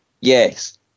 Yes